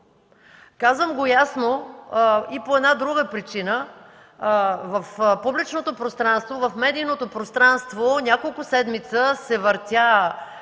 Казвам го ясно и по една друга причина. В публичното пространство, в медийното пространство няколко седмици се въртя